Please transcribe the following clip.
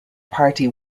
party